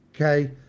Okay